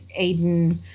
Aiden